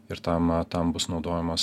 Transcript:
ir tam tam bus naudojamos